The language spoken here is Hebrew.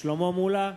שלמה מולה,